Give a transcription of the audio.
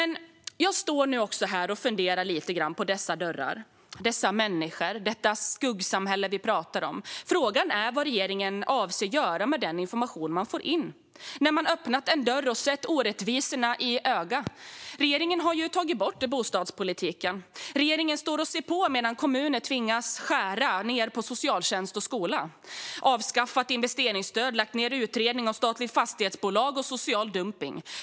Nu står jag här och funderar på dessa dörrar, dessa människor och detta skuggsamhälle som vi pratar om. Frågan är vad regeringen avser att göra med den information man får när man har öppnat en dörr och sett orättvisorna i vitögat. Regeringen har tagit bort bostadspolitiken. Regeringen står och ser på medan kommuner tvingas skära ned på socialtjänst och skola. Regeringen har avskaffat investeringsstödet och lagt ned utredningarna om ett statligt fastighetsbolag och om social dumpning.